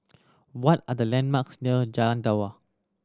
what are the landmarks near Jalan Dua